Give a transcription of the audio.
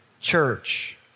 church